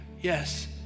Yes